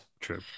true